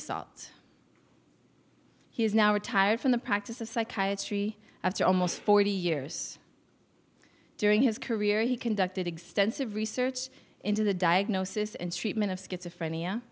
assault he is now retired from the practice of psychiatry after almost forty years during his career he conducted extensive research into the diagnosis and treatment of schizophrenia